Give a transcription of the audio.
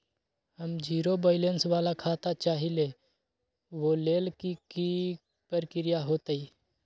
हम zero balance वाला खाता चाहइले वो लेल की की प्रक्रिया होतई?